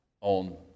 on